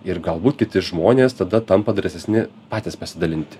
ir galbūt kiti žmonės tada tampa drąsesni patys pasidalinti